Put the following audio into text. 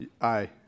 Aye